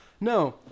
No